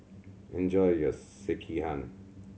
enjoy your Sekihan